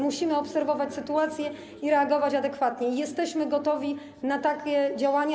Musimy obserwować sytuację i reagować adekwatnie, i jesteśmy gotowi na takie działania.